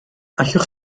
allwch